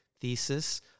thesis